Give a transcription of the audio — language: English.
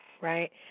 Right